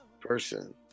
person